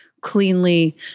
cleanly